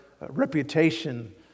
reputation